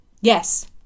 Yes